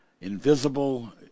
invisible